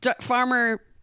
farmer